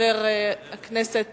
חבר הכנסת